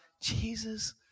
Jesus